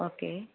okay